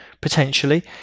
potentially